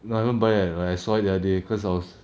no I haven't buy yet but I saw it the other day cause I was